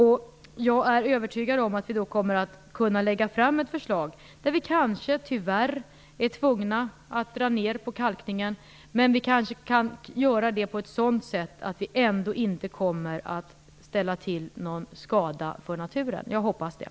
Jag är övertygad om att vi kommer att kunna lägga fram ett bra förslag där vi tyvärr kanske är tvungna att dra ned på kalkningen, men vi kan kanske göra det på ett sådant sätt att vi inte kommer att ställa till någon skada för naturen. Jag hoppas det.